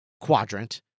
quadrant